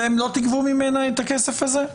לא תגבו ממנה את הכסף הזה?